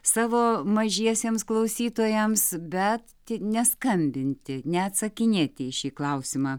savo mažiesiems klausytojams bet neskambinti neatsakinėti į šį klausimą